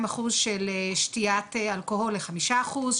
אחוז של שתיית אלכוהול לחמישה אחוז,